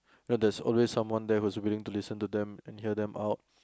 that there's always someone there who is willing to listen to them and hear them out